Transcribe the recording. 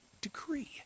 decree